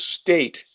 state